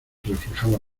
reflejaba